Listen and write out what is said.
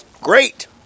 great